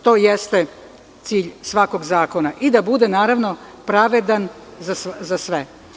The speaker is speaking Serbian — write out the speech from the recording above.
To jeste cilj svakog zakona i da bude, naravno, pravedan za sve.